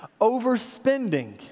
Overspending